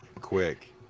quick